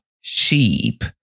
sheep